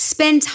Spend